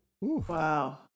Wow